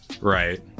Right